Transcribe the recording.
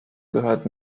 gehört